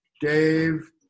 Dave